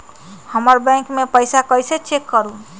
हमर बैंक में पईसा कईसे चेक करु?